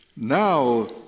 Now